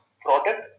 product